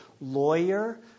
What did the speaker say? lawyer